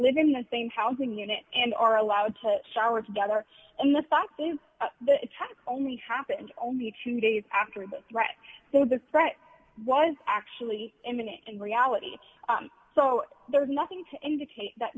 live in the same housing unit and are allowed to shower together in the fact they've only happened only two days after the threat so the threat was actually imminent in reality so there's nothing to indicate that